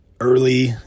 early